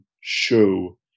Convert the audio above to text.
show